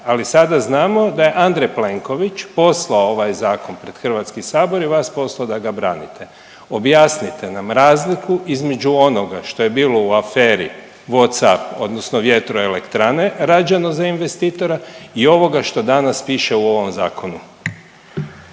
Ali sada znamo da je Andrej Plenković poslao ovaj zakon pred Hrvatski sabor i vas poslao da ga branite. Objasnite nam razliku između onoga što je bilo u aferi Whatsapp odnosno vjetroelektrane rađeno za investitora i ovoga što danas piše u ovom zakonu.